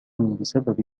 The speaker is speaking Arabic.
بسبب